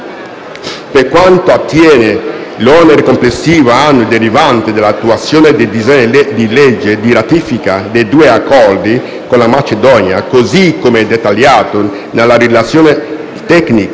Per quanto attiene all'onere complessivo annuo derivante dall'attuazione del disegno di legge di ratifica dei due Accordi con la Macedonia, così come dettagliato nella relazione tecnica,